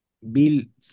Bill